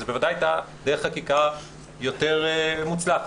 זו בוודאי הייתה דרך חקיקה יותר מוצלחת,